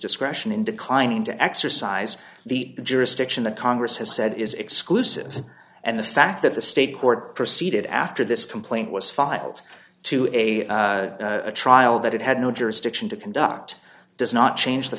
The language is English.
discretion in declining to exercise the jurisdiction that congress has said is exclusive and the fact that the state court proceeded after this complaint was filed to a trial that it had no jurisdiction to conduct does not change the